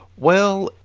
well,